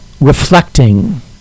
reflecting